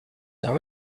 are